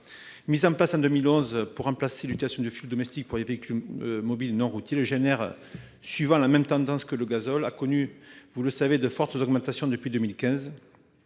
Mis en place en 2011, afin de remplacer l’utilisation du fioul domestique pour les véhicules mobiles non routiers, le GNR, suivant la même tendance que le gazole, a connu de fortes augmentations depuis 2015.